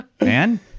man